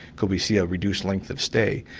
could we see a reduced length of stay?